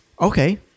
Okay